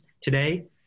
today